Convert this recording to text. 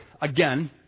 again